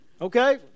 Okay